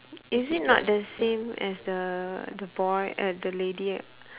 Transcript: is it not the same as the the boy uh the lady